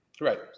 Right